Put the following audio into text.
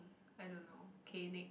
I don't K next